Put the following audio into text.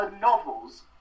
novels